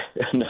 no